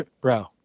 bro